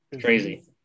crazy